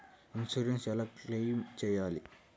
Insurance ఎలా claim చేయాలి?